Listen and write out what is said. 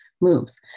moves